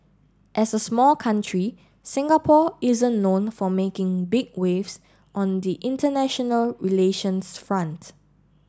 as a small country Singapore isn't known for making big waves on the international relations front